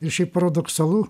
ir šiaip paradoksalu